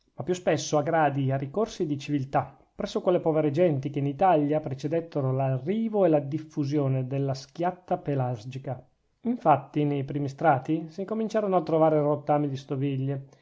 ma più spesso a gradi e a ricorsi di civiltà presso quelle povere genti che in italia precedettero l'arrivo e la diffusione della schiatta pelasgica infatti nei primi strati s'incominciarono a trovare rottami di stoviglie